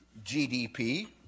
GDP